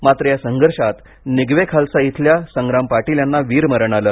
मात्र या संघर्षात निगवे खालसा येथील संग्राम पाटील यांना वीरमरण आलं